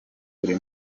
buri